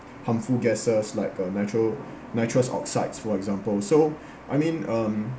harmful gases like uh nitrous nitrous oxides for example so I mean um